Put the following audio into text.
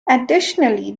additionally